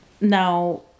now